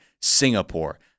Singapore